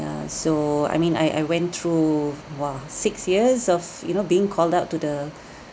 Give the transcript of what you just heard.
yeah so I mean I I went through !wah! six years of you know being called out to the